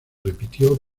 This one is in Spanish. repitió